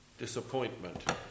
disappointment